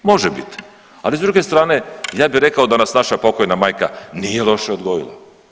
Može biti, ali s druge strane ja bih rekao da nas naša pokojna majka nije loše odgojila.